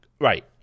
Right